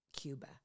Cuba